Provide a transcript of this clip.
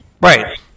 Right